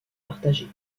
partagées